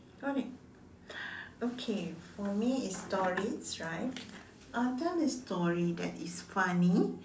okay okay for me is stories right uh tell a story that is funny